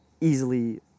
easily